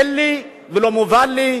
אין לי ולא מובן לי.